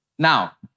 Now